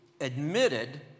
admitted